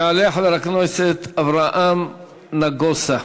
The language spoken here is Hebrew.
יעלה חבר הכנסת אברהם נגוסה.